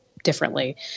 differently